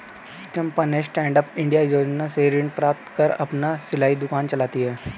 चंपा ने stand up India योजना से ऋण प्राप्त कर अपना सिलाई दुकान चलाती है